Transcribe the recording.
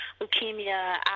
leukemia